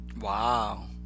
Wow